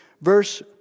verse